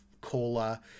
cola